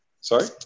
sorry